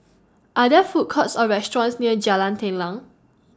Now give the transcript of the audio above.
Are There Food Courts Or restaurants near Jalan Telang